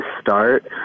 start